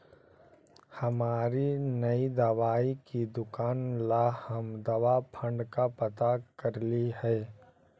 हमारी नई दवाई की दुकान ला हम दवा फण्ड का पता करलियई हे